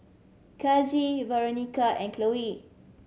Kasie Veronica and Chloe